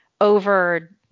over